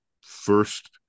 first